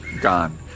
gone